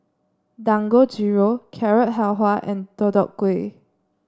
Dangojiru Carrot Halwa and Deodeok Gui